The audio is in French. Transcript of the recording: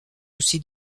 aussi